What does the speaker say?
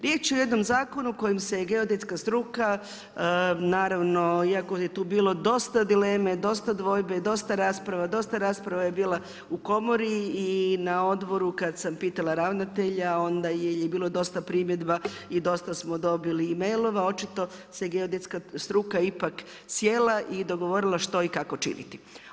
Riječ je o jednom zakonu u kojem se geodetska struka naravno iako je to bilo dosta dileme, dosta dvojbi rasprava, dosta rasprava je bilo u komori i na odboru kad sam pitala ravnatelja onda je bilo primjedba i dosta smo dobili mailova, očito se geodetska struka ipak sjela i dogovorila što i kako činiti.